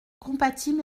compatible